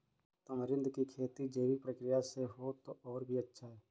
tamarind की खेती जैविक प्रक्रिया से हो तो और भी अच्छा